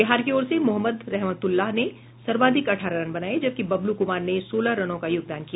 बिहार की ओर से मोहम्मद रहमतुल्लाह ने सर्वाधिक अठारह रन बनाए जबकि बबलू कुमार ने सोलह रनों का योगदान किया